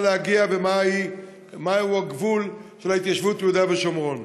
להגיע ומהו הגבול של ההתיישבות ביהודה ושומרון.